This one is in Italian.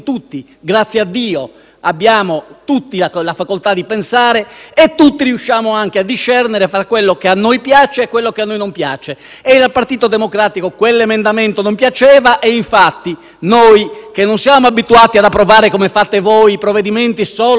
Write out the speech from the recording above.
abbiamo la facoltà di pensare e tutti riusciamo anche a discernere fra quello che a noi piace e quello che a noi non piace. Al Partito Democratico quell'emendamento non piaceva e, infatti, noi, che non siamo abituati ad approvare, come fate voi, i provvedimenti solo con la forza dei numeri,